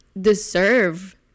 deserve